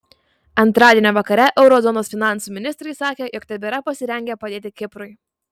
antradienio vakare euro zonos finansų ministrai sakė jog tebėra pasirengę padėti kiprui